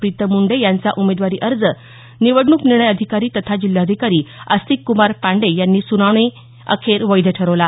प्रीतम मुंडे यांचा उमेदवारी अर्ज निवडणूक निर्णय अधिकारी तथा जिल्हाधिकारी अस्तिकक्मार पांडे यांनी सुनावणी अखेर वैध ठरवला